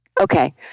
Okay